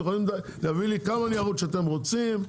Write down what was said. אתם יכולים להביא לי כמה ניירות שאתם רוצים,